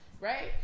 Right